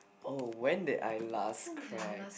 oh when did I last cry